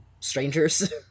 strangers